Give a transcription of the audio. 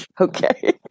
okay